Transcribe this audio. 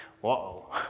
Whoa